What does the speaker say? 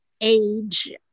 age